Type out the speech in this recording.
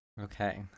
Okay